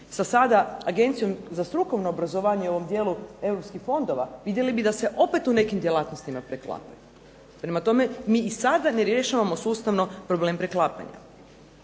sa sada Agencijom za strukovno obrazovanje u ovom dijelu europskih fondova, vidjeli bi da se opet u nekim djelatnostima preklapaju. Prema tome, mi i sada ne rješavamo sustavno problem preklapanja.